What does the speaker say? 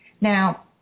Now